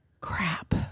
Crap